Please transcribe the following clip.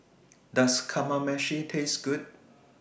Does Kamameshi Taste Good